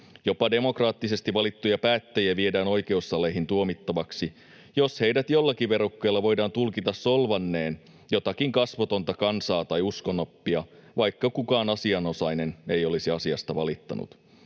Jopa demokraattisesti valittuja päättäjiä viedään oikeussaleihin tuomittavaksi, jos heidät jollakin verukkeella voidaan tulkita solvanneen jotakin kasvotonta kansaa tai uskonoppia, vaikka kukaan asianosainen ei olisi asiasta valittanut.